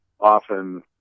often